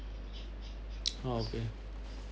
oh okay